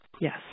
Yes